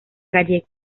gallegos